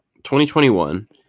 2021